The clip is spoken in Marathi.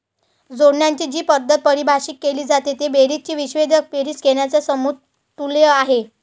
जोडण्याची जी पद्धत परिभाषित केली आहे ती बेरजेची विच्छेदक बेरीज घेण्याच्या समतुल्य आहे